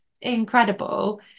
incredible